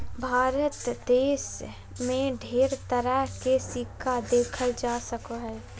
भारत देश मे ढेर तरह के सिक्का देखल जा सको हय